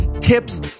tips